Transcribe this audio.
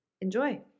enjoy